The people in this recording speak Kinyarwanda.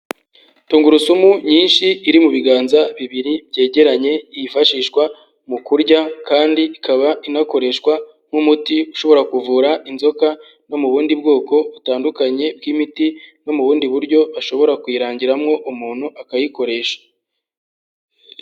Tungurusumu nyinshi iri mu biganza bibiri byegeranye, yifashishwa mu kurya kandi ikaba inakoreshwa nk'umuti ushobora kuvura inzoka no mu bundi bwoko butandukanye bw'imiti no mu bundi buryo bashobora kuyirangiramo umuntu, akayikoresha.